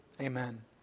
Amen